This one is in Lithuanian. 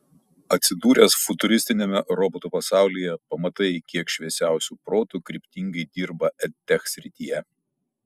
atsidūręs futuristiniame robotų pasaulyje pamatai kiek šviesiausių protų kryptingai dirba edtech srityje